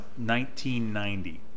1990